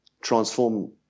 transform